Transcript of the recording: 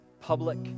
public